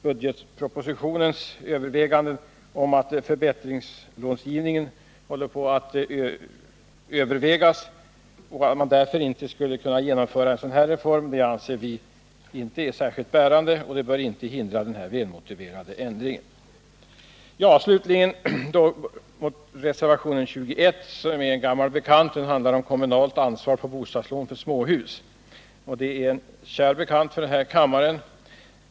Budgetpropositionens överväganden om förbättringslångivningen bör inte få hindra den här välmotiverade ändringen. Reservationen 21 handlar om kommunalt ansvar för bostadslån för småhus. Det är en kär bekant för den här kammaren.